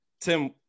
Tim